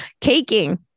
caking